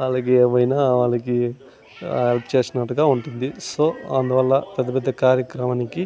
వాళ్ళకి ఏమైనా వాళ్ళకి చేసినట్టుగా ఉంటుంది సో అందువల్ల పెద్ద పెద్ద కార్యక్రమానికి